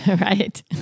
Right